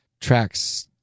tracks